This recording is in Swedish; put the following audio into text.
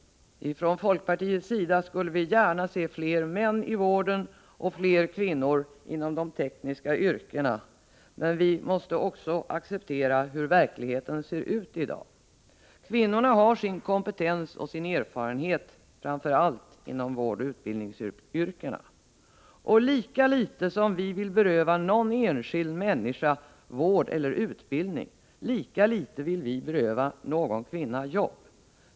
Från folkpartiets sida skulle vi gärna se fler män i vårdyrken och fler kvinnor inom de tekniska yrkena. Men också vi måste acceptera hur verkligheten ser ut i dag. Kvinnorna har sin kompetens och sin erfarenhet framför allt inom vårdoch utbildningsyrkena. Och lika litet som vi vill beröva någon enskild människa vård eller utbildning, lika litet vill vi beröva någon kvinna jobb.